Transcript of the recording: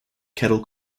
kettle